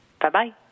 Bye-bye